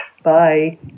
Bye